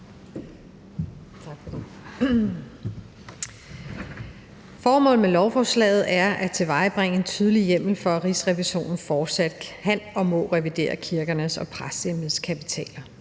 Formålet med lovforslaget er at tilvejebringe en tydelig hjemmel til, at Rigsrevisionen fortsat kan og må revidere kirkernes og præsteembedernes kapitaler,